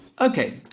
Okay